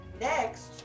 next